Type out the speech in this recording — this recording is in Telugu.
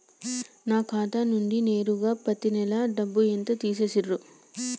నా ఖాతా నుండి నేరుగా పత్తి నెల డబ్బు ఎంత తీసేశిర్రు?